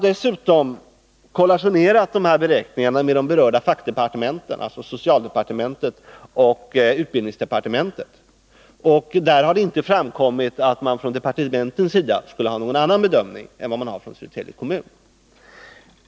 Dessutom har dessa beräkningar kollationerats med de berörda fackdepartementen, dvs. social departementet och utbildningsdepartementet. Det har då inte framkommit att departementen skulle ha någon annan bedömning än Södertälje kommun.